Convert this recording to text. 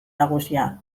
nagusia